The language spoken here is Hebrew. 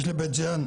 יש לבית ג'אן,